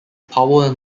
powell